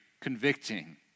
convicting